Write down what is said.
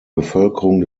bevölkerung